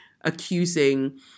accusing